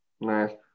Nice